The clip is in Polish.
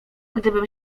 gdybym